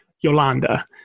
yolanda